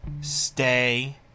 stay